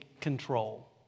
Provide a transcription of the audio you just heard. control